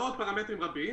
ועוד פרמטרים רבים,